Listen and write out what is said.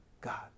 God